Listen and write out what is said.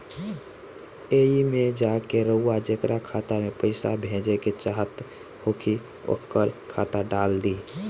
एईमे जा के रउआ जेकरा खाता मे पईसा भेजेके चाहत होखी ओकर खाता डाल दीं